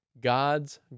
God's